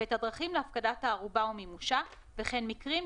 ואת הדרכים להפקדת הערובה ומימושה וכן מקרים,